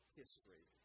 history